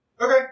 Okay